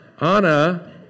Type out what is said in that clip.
Anna